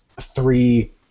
three